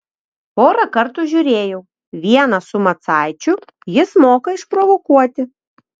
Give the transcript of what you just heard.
porą kartų žiūrėjau vieną su macaičiu jis moka išprovokuoti